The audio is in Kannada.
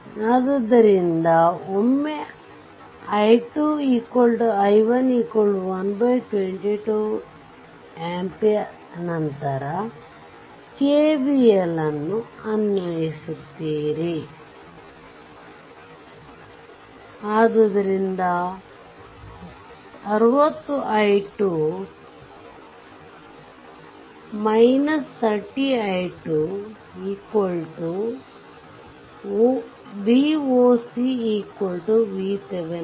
ಆದ್ದರಿಂದ ಒಮ್ಮೆ i2 i1 1 22 ampere ನಂತರ KVL ಅನ್ನು ಅನ್ವಯಿಸುತ್ತೀರಿ ಆದ್ದರಿಂದ 60 i2 30 i2 Voc VThevenin